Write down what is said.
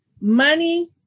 Money